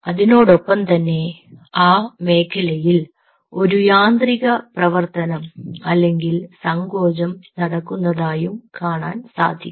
അതിനോടൊപ്പം തന്നെ ആ മേഖലയിൽ ഒരു യാന്ത്രിക പ്രവർത്തനം അല്ലെങ്കിൽ സങ്കോചം നടക്കുന്നതായും കാണാൻ സാധിക്കും